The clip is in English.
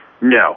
No